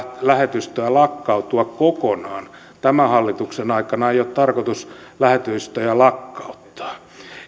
lähetystöä lakkautua kokonaan tämän hallituksen aikana ei ole tarkoitus lähetystöjä lakkauttaa